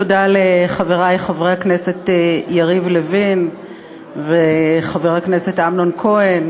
תודה לחברי חבר הכנסת יריב לוין וחבר הכנסת אמנון כהן,